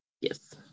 Yes